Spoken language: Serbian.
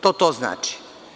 To - to znači.